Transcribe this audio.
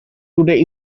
today